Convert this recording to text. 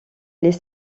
les